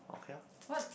what